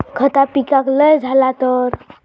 खता पिकाक लय झाला तर?